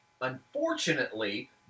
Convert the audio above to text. unfortunately